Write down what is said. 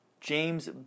James